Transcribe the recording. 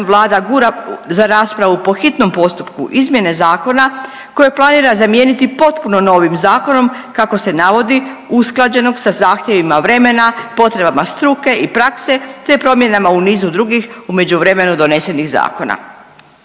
Vlada gura za raspravu po hitnom postupku izmjene zakona koje planira zamijeniti potpuno novim zakonom kako se navodi, usklađenog sa zahtjevima vremena, potrebama struke i prakse te promjenama u nizu drugih, u međuvremenu donesenih zakona.